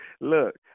Look